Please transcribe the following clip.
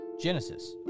Genesis